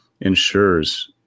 ensures